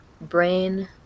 brain